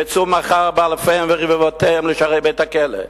יצאו מחר באלפיהם וברבבותיהם לשערי בית-הכלא,